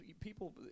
people